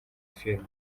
filime